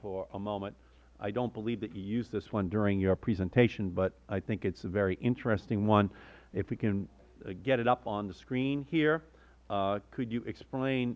for a moment i don't believe that you used this one during your presentation but i think it is a very interesting one if we can get it up on the screen here could you explain